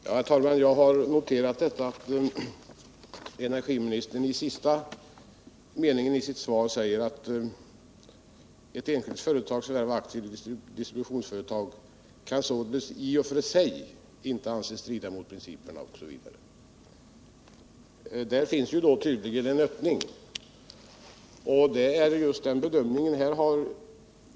Herr talman! Jag har noterat att energiministern i slutet av sitt svar sade: ”Att ett enskilt företag förvärvar aktier i ett distributionsföretag kan således i och för sig inte anses strida mot principerna i förvärvstillståndslagen. I den bedömningen ligger tydligen en öppning.